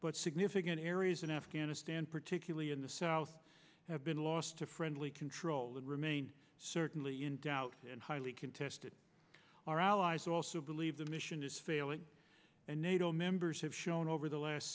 but significant areas in afghanistan particularly in the south have been lost to friendly control that remain certainly in doubt and highly contested our allies also believe the mission is failing and nato members have shown over the last